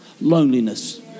loneliness